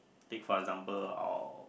take for example I'll